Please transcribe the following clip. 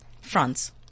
France